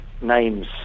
names